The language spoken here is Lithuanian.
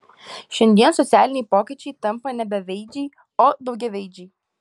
šiandien socialiniai pokyčiai tampa ne beveidžiai o daugiaveidžiai